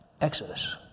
Exodus